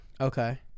Okay